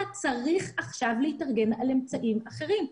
צריך עכשיו להתארגן על אמצעים אחרים.